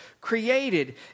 created